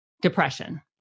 depression